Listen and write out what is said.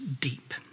deep